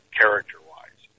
character-wise